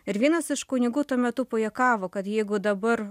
ir vienas iš kunigų tuo metu pajuokavo kad jeigu dabar